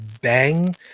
bang